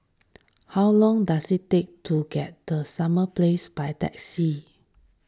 how long does it take to get to Summer Place by taxi